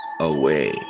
away